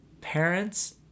Parents